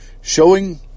Showing